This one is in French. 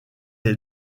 est